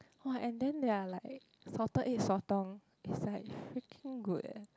!wah! and then their like salted egg sotong is like freaking good eh